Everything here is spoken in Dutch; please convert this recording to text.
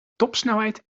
topsnelheid